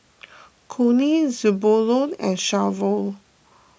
Connie Zebulon and Shavon